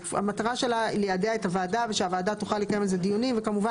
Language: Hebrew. המטרה היא ליידע את הוועדה ושהוועדה תוכל לקיים על זה דיונים וכמובן